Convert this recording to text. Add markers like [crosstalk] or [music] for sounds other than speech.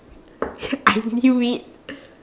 [noise] I knew it